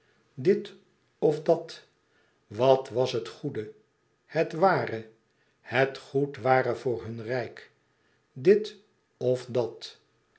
dit of dat wat was het goede het ware het goed ware voor hun rijk dit of dat